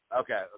okay